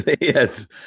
Yes